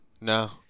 No